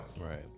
Right